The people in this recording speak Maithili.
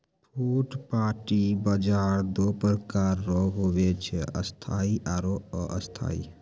फुटपाटी बाजार दो प्रकार रो हुवै छै स्थायी आरु अस्थायी